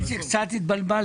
לוקה בנפשו,